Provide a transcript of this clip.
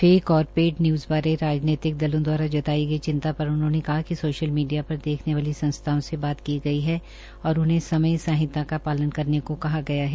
fake और paid news बारे राजनीतिक दलों दवारा जताई गई चिंता पर उन्होंने कहा कि सोशल मीडिया पर देखने वाली संस्थाओं से बात की गई है और उन्हें समय संहिता का पालन करने को कहा गया है